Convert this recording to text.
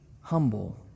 humble